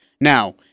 Now